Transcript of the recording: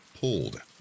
pulled